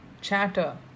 chatter